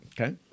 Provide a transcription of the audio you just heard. Okay